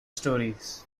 stories